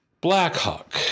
Blackhawk